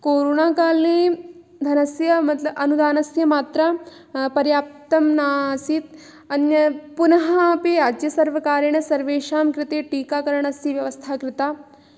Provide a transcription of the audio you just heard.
कोरोनाकाले धनस्य मत्लब् अनुदानस्य मात्रा पर्याप्तं नासीत् अन्यत् पुनः अपि राज्यसर्वकारेण सर्वेषां कृते टीकाकरणस्य व्यवस्था कृता